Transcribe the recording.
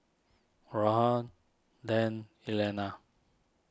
Dane Elaina